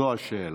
זו השאלה.